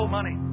money